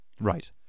Right